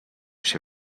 się